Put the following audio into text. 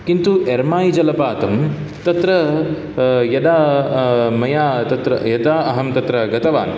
किन्तु एर्माय् जलपातं तत्र यदा मया तत्र यदा अहं तत्र गतवान्